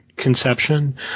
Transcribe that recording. conception